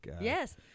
Yes